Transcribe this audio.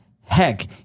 Heck